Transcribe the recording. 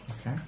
Okay